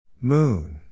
Moon